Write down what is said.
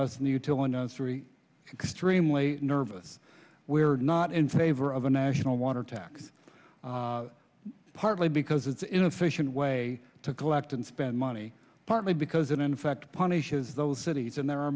us knew till a nursery extremely nervous we're not in favor of a national water tax partly because it's inefficient way to collect and spend money partly because it in fact punishes those cities and there are